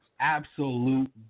absolute